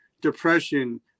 depression